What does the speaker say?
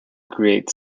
create